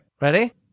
Ready